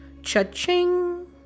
cha-ching